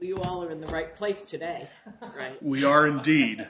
we all are in the right place today right we are indeed